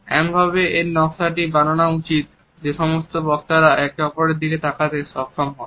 এমনভাবে এর নকশা টি বানানো উচিত যে এই সমস্ত বক্তারা একে অপরের দিকে তাকাতে সক্ষম হন